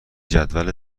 جدول